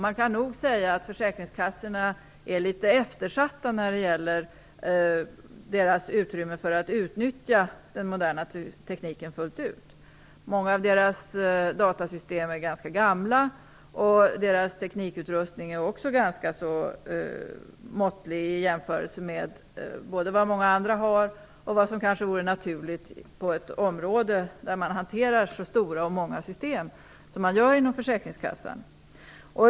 Man kan nog säga att försäkringskassorna är litet eftersatta när det gäller utrymmet för att utnyttja den moderna tekniken fullt ut. Många av deras datasystem är ganska gamla. Deras teknikutrustning är också ganska måttlig i jämförelse med vad många andra har och med tanke på vad som vore naturligt på ett område där så stora och många system hanteras som inom Försäkringskassan.